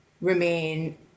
remain